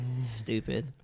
Stupid